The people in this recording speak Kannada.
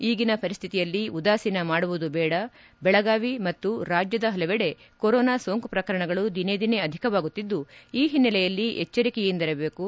ಈಗಿನ ಪರಿಸ್ಥಿತಿಯಲ್ಲಿ ಉದಾಸೀನ ಮಾಡುವುದು ಬೇಡ ಬೆಳಗಾವಿ ಮತ್ತು ರಾಜ್ಯದ ಹಲವೆಡೆ ಕೊರೋನಾ ಸೋಂಕು ಪ್ರಕರಣಗಳು ದಿನೇ ದಿನೇ ಅಧಿಕವಾಗುತ್ತಿದ್ದು ಈ ಹಿನ್ನಲೆಯಲ್ಲಿ ಎಚ್ಚರಿಕೆಯಿಂದಿರಬೇಕು